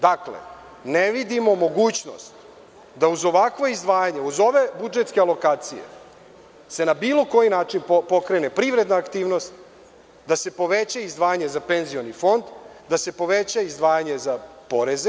Dakle, ne vidimo mogućnost da će se uz ovakva izdvajanja, uz ove budžetske alokacije na bilo koji način pokrenuti privredna aktivnost, da će se povećati izdvajanje za penzioni fond, da će se povećati izdvajanje za poreze.